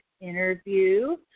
Interview